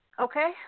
Okay